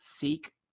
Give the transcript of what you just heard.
seek